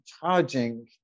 charging